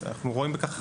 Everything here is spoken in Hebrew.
אנחנו רואים בכך חשיבות.